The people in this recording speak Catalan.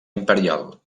imperial